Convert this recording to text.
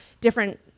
different